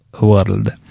world